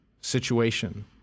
situation